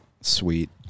Sweet